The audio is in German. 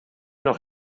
noch